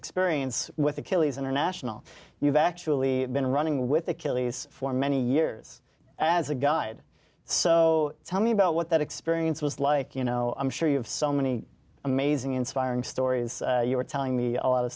experience with achilles international you've actually been running with achilles for many years as a guide so tell me about what that experience was like you know i'm sure you have so many amazing inspiring stories you were telling me a lot of